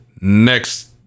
next